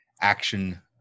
action